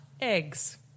eggs